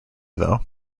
though